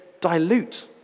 dilute